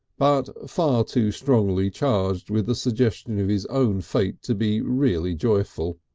but far too strongly charged with the suggestion of his own fate to be really joyful.